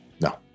No